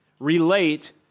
Relate